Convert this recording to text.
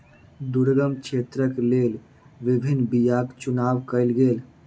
दुर्गम क्षेत्रक लेल विभिन्न बीयाक चुनाव कयल गेल